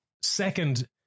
Second